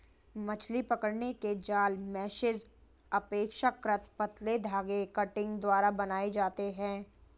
मछली पकड़ने के जाल मेशेस अपेक्षाकृत पतले धागे कंटिंग द्वारा बनाये जाते है